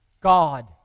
God